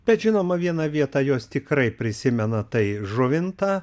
bet žinoma vieną vietą jos tikrai prisimena tai žuvintą